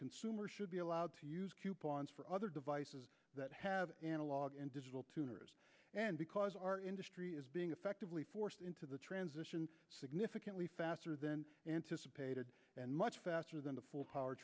consumers should be allowed to use coupons for other devices that have analog and digital tuners and because our industry is being effectively forced into the transition significantly faster than anticipated and much faster than the full power